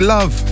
Love